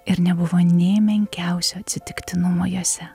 ir nebuvo nė menkiausio atsitiktinumo jose